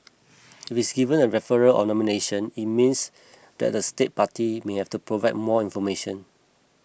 if it is given a referral of nomination it means that a state party may have to provide more information